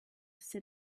sit